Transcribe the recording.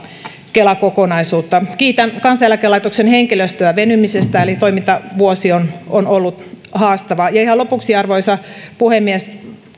kela kokonaisuutta kiitän kansaneläkelaitoksen henkilöstöä venymisestä eli toimintavuosi on on ollut haastava ihan lopuksi arvoisa puhemies